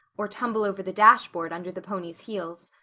or tumble over the dashboard under the pony's heels.